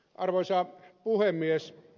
arvoisa puhemies